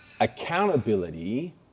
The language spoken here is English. Accountability